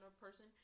person